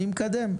אני מקדם.